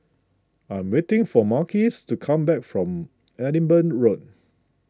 I am waiting for Marques to come back from Edinburgh Road